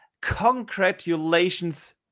Congratulations